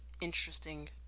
interesting